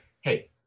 Hey